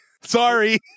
sorry